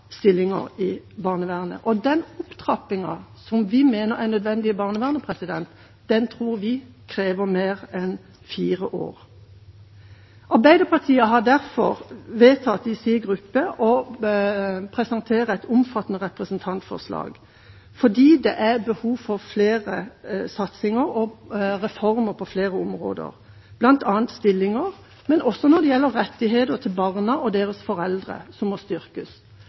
stillinger i barnevernet, og den opptrappingen som vi mener er nødvendig i barnevernet, tror vi krever mer enn fire år. Arbeiderpartiet har derfor i sin gruppe vedtatt å presentere et omfattende representantforslag fordi det er behov for flere satsinger og reformer på flere områder – bl.a. når det gjelder stillinger, men også når det gjelder rettighetene til barna og deres foreldre, som må styrkes.